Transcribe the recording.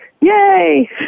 Yay